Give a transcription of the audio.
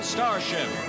Starship